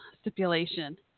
stipulation